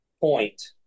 point